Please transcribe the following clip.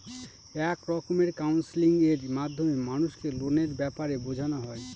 এক রকমের কাউন্সেলিং এর মাধ্যমে মানুষকে লোনের ব্যাপারে বোঝানো হয়